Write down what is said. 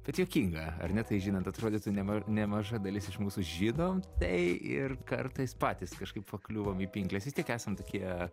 bet juokinga ar ne tai žinant atrodytų nema nemaža dalis iš mūsų žinom tai ir kartais patys kažkaip pakliuvom į pinkles vis tiek esam tokie